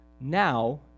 now